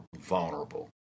vulnerable